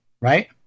right